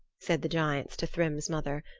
said the giants to thrym's mother,